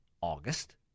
August